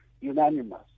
unanimous